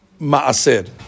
ma'asir